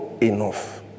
enough